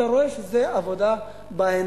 אתה רואה שזה עבודה בעיניים.